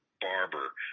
barber